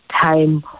time